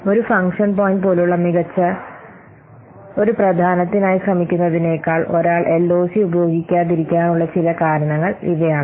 ഒരു function point പോലുള്ള മികച്ച ഒരു പ്രധാനത്തിനായി ശ്രമിക്കുന്നതിനേക്കാൾ ഒരാൾ എൽഓസി ഉപയോഗിക്കാതിരിക്കാനുള്ള ചില കാരണങ്ങൾ ഇവയാണ്